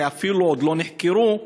שאפילו עוד לא נחקרו,